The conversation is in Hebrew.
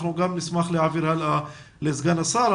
אנחנו נשמח להעביר הלאה לסגן השר.